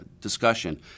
discussion